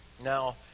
Now